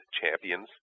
champions